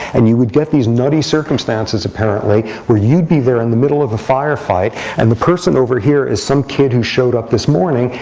and you would get these nutty circumstances, apparently, where you'd be there in the middle of the firefight. and the person over here is some kid who showed up this morning.